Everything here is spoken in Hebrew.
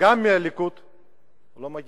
וגם מהליכוד לא מגיבים.